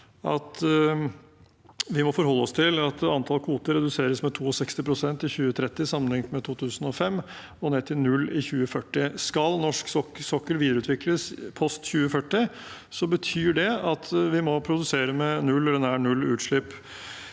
at antall kvoter reduseres med 62 pst. i 2030, sammenlignet med 2005, og ned til null i 2040. Skal norsk sokkel videreutvikles post 2040, betyr det at vi må produsere med null